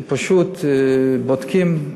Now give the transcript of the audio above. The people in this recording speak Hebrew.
שבודקים: